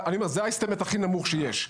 זה ההערכה הכי נמוכה שיש.